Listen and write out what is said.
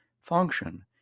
function